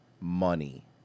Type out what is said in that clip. money